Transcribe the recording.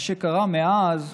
מה שקרה מאז,